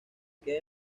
queda